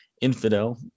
Infidel